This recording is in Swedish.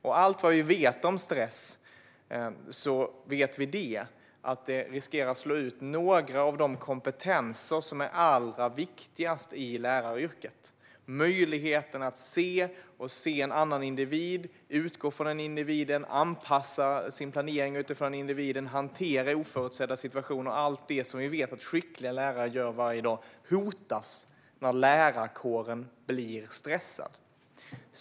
Av allt vi vet om stress vet vi att det riskerar att slå ut några av de kompetenser som är allra viktigast i läraryrket. Möjligheten att se en annan individ, utgå från individen, anpassa sin planering utifrån individen, hantera oförutsedda situationer - allt det som vi vet att skickliga lärare gör varje dag - hotas när lärarkåren blir stressad.